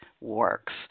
Works